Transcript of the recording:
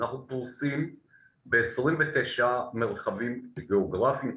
אנחנו פרוסים בעשרים ותשעה מרחבים גיאוגרפיים,